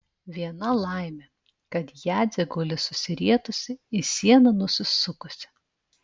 viena laimė kad jadzė guli susirietusi į sieną nusisukusi